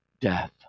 death